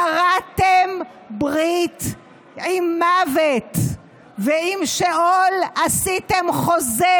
כרתם ברית עם מוות ועם שאול עשיתם חוזה,